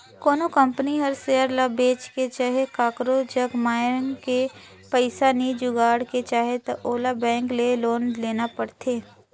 कोनो कंपनी हर सेयर ल बेंच के चहे काकरो जग मांएग के पइसा नी जुगाड़ के चाहे त ओला बेंक ले लोन लेना परथें